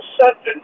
sentence